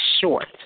short